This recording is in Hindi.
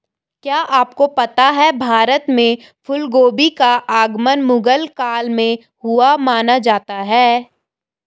क्या आपको पता है भारत में फूलगोभी का आगमन मुगल काल में हुआ माना जाता है?